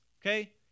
Okay